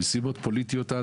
מסיבות פוליטיות אז,